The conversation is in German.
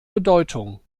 bedeutung